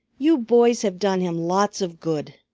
you boys have done him lots of good.